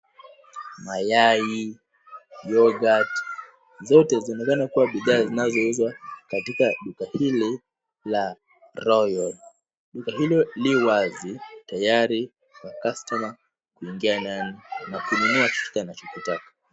Mayai ,youghut zote zinaonekana bidhaa zinazouzwa katika duka hili la Royal. Duka hili li wazi tayari kwa customer kuingia ndanina kununua kile anachokitaka.